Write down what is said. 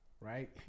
right